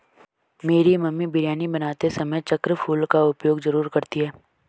मेरी मम्मी बिरयानी बनाते समय चक्र फूल का उपयोग जरूर करती हैं